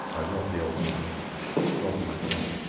i robbed the old man robbed my father.